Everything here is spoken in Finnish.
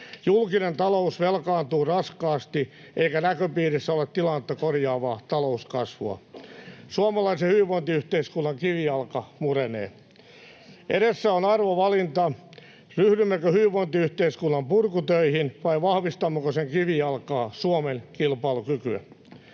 Julkinen talous velkaantuu raskaasti, eikä näköpiirissä ole tilannetta korjaavaa talouskasvua. Suomalaisen hyvinvointiyhteiskunnan kivijalka murenee. Edessä on arvovalinta: ryhdymmekö hyvinvointiyhteiskunnan purkutöihin vai vahvistammeko sen kivijalkaa, Suomen kilpailukykyä?